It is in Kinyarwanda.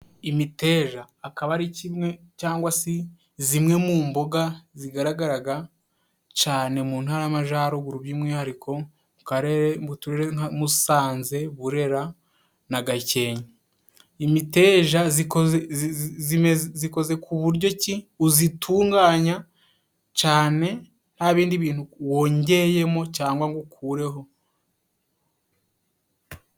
Imiteja akaba ari kimwe cangwa si zimwe mu mboga zigaragaraga cane mu ntara y'amajaruguru by'umwihariko mu karere mu turere nka Musanze, Burera na Gakenke, imiteja zikoze ku buryo ki uzitunganya cane nta bindi bintu wongeyemo cyangwa ngo ukureho.